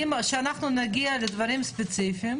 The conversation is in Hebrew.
אם אנחנו נגיע עכשיו לדברים ספציפיים.